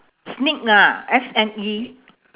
sneak lah S N E